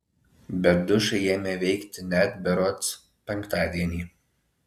bet dušai ėmė veikti net berods penktadienį